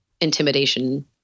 intimidation